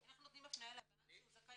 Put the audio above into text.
אנחנו נותנים הפניה לבנק שהוא זכאי למשכנתא.